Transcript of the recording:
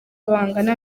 bangana